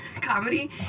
comedy